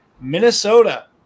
Minnesota